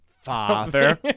Father